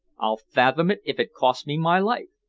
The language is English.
i'll fathom it if it costs me my life.